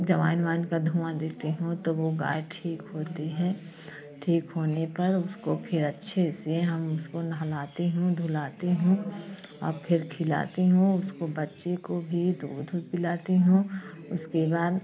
अजवाइन वाइन का धुंआ देती हूँ तो वो गाय ठीक होती है ठीक होने पर उसको फिर अच्छे से हम उसको नहलाती हूँ धुलाती हूँ और फिर खिलाती हूँ उसको बच्चे को भी दूध उध पिलाती हूँ उसके बाद